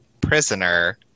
Prisoner